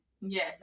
Yes